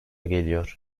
geliyor